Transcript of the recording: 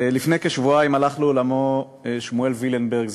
לפני כשבועיים הלך לעולמו שמואל וילנברג,